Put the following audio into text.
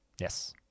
Yes